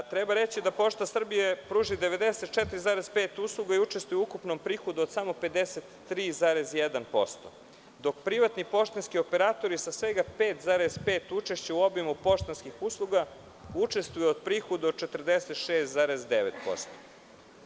Treba reći da „Pošta Srbije“ pruža 94,5% usluga i učestvuje u ukupnom prihodu od samo 53,1%, dok privatni poštanski operatori sa svega 5,5% učešća u obimu poštanskih usluga učestvuju u prihodu od 46,9%